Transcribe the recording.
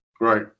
Right